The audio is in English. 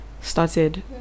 started